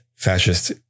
fascist